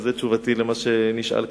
וזו תשובתי על מה שנשאל כאן.